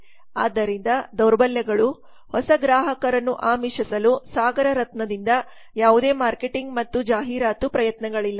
ಆದ್ದರಿಂದ ದೌರ್ಬಲ್ಯಗಳು ಹೊಸ ಗ್ರಾಹಕರನ್ನು ಆಮಿಷಿಸಲು ಸಾಗರ್ ರತ್ನದಿಂದ ಯಾವುದೇ ಮಾರ್ಕೆಟಿಂಗ್ ಮತ್ತು ಜಾಹೀರಾತು ಪ್ರಯತ್ನಗಳಿಲ್ಲ